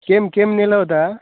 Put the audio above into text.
केम केम नेला होता